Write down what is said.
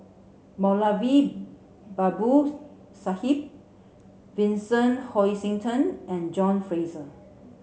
Moulavi Babu Sahib Vincent Hoisington and John Fraser